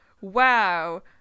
Wow